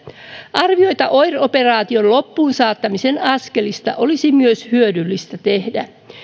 arvioita oir operaation loppuunsaattamisen askelista olisi myös hyödyllistä tehdä